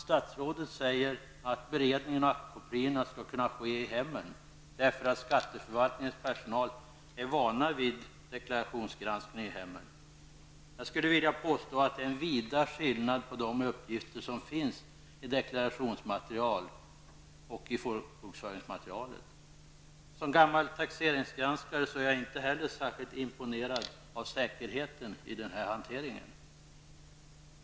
Statsrådet säger att beredningen av aktkopiorna skall kunna ske i hemmen eftersom skatteförvaltningens personal är van vid deklarationsgranskning i hemmen. Det är stor skillnad på de uppgifter som finns i deklarationsmaterial och de som finns i folkbokföringsmaterialet. Som gammal taxeringsgranskare är jag inte särskilt imponerad av säkerheten i hanteringen.